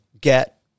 get